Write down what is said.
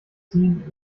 seen